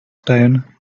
stone